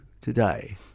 today